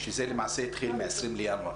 שזה למעשה התחיל מ-20 לינואר